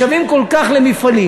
משוועים כל כך למפעלים,